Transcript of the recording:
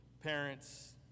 parents